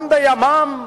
גם בימיהם,